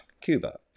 cuba